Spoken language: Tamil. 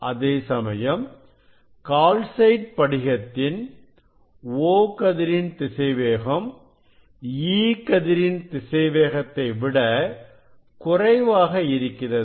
அதேசமயம் கால்சைட் படிகத்தின் O கதிரின் திசைவேகம் E கதிரின் திசைவேகத்தை விட குறைவாக இருக்கிறது